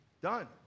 done